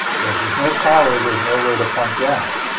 because with no power, there's no way to pump gas.